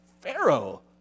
Pharaoh